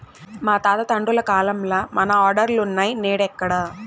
మా తాత తండ్రుల కాలంల మన ఆర్డర్లులున్నై, నేడెక్కడ